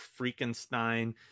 Freakenstein